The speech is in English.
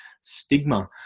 stigma